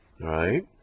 Right